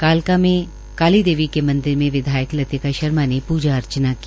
कालका मे काली देवी मंदिर में विधायक लतिका शर्मा ने पूजा अर्चना की